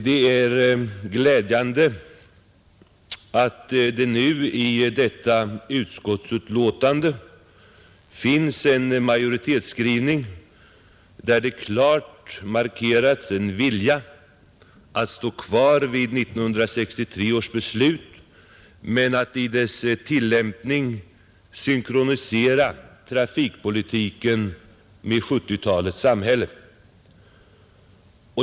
Det är glädjande att nu i detta utskottsbetänkande finns en majoritets Den statliga trafikskrivning som klart markerar en vilja att hålla fast vid 1963 års beslut = Politiken m.m. men att i dess tillämpning synkronisera trafikpolitiken med 1970-talets samhälle.